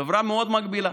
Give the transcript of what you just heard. חברה מאוד מגבילה,